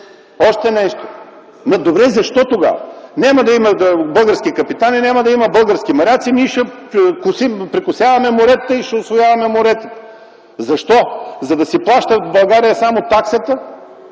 от ГЕРБ.) Добре, защо тогава? Няма да има български капитани, няма да има български моряци, ние ще прекосяваме моретата и ще ги усвояваме. Защо? За да си плащат в България само таксата?!